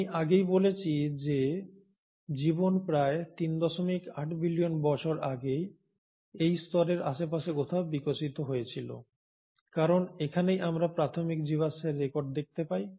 আমি আগেই বলেছি যে জীবন প্রায় 38 বিলিয়ন বছর আগে এই স্তরের আশেপাশে কোথাও বিকশিত হয়েছিল কারণ এখানেই আমরা প্রাথমিক জীবাশ্মের রেকর্ড দেখতে পাই